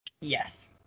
Yes